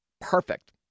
perfect